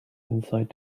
inside